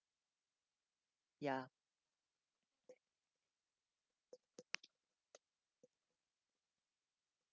ya